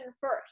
first